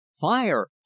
fire